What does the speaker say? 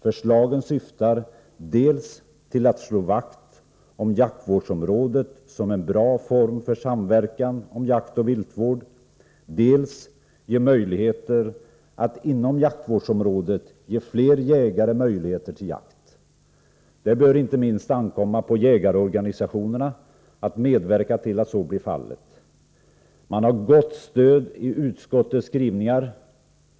Förslagen syftar dels till att slå vakt om jaktvårdsområdet som en bra form för samverkan om jaktoch viltvård, dels till att inom jaktvårdsområdet ge fler jägare möjligheter till jakt. Det bör inte minst ankomma på jägarorganisationerna att medverka till att så blir fallet. Man har gott stöd av utskottets skrivningar.